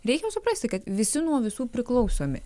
reikia suprasti kad visi nuo visų priklausomi